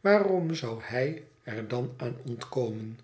waarom zou hij er dan aan ontkomen